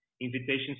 invitations